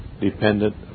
dependent